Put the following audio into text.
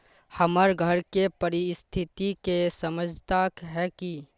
हमर घर के परिस्थिति के समझता है की?